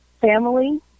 family